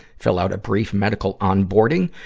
fill out a brief medical on-boarding,